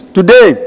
Today